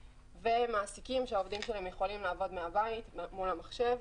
מעסיקים שהעובדים שלהם יכולים לעבוד מהבית מול המחשב,